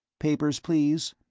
papers, please?